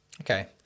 Okay